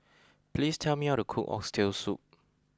please tell me how to cook Oxtail Soup